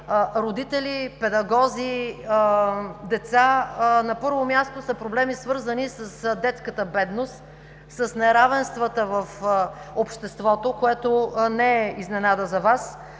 родители, педагози, деца. На първо място са проблеми, свързани с детската бедност, с неравенствата в обществото, което не е изненада за Вас.